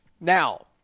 now